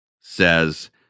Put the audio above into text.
says